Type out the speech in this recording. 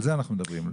על זה אנחנו מדברים,